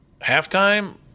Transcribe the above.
halftime